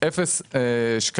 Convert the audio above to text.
0 ₪.